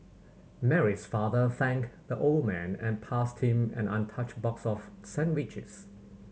Mary's father thanked the old man and passed him an untouched box of sandwiches